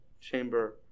chamber